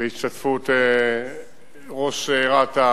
בהשתתפות ראש רת"א,